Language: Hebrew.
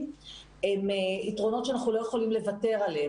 הם יתרונות שאנחנו לא יכולים לוותר עליהם,